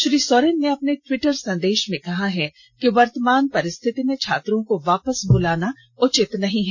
श्री सोरेन ने अपने टिविटर संदेष में कहा है कि वर्तमान परिस्थिति में छात्रों को वापस बुलाना उचित नहीं हैं